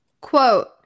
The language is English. Quote